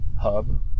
hub